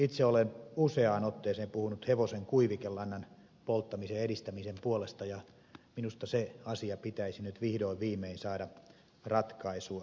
itse olen useaan otteeseen puhunut hevosen kuivikelannan polttamisen edistämisen puolesta ja minusta se asia pitäisi nyt vihdoin viimein saada ratkaistua